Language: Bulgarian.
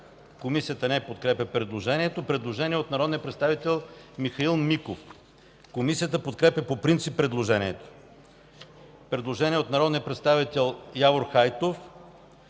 Комисията не подкрепя предложението. Предложение от народния представител Михаил Миков. Комисията подкрепя по принцип предложението. Предложение от народния представител Явор Хайтов.